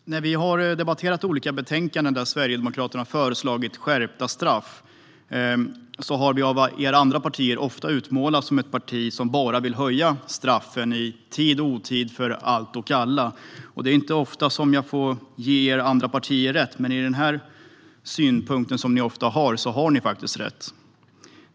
Herr talman! När vi har debatterat olika betänkanden där Sverigedemokraterna föreslagit skärpta straff har vi av er andra partier ofta utmålats som ett parti som bara vill höja straffen för allt och alla, i tid och i otid. Det är inte ofta som jag får ge er andra partier rätt, men på den här punkten har ni faktiskt rätt.